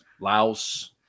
Laos